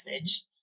message